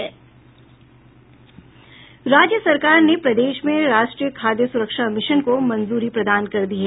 राज्य सरकार ने प्रदेश में राष्ट्रीय खाद्य सुरक्षा मिशन को मंजूरी प्रदान कर दी है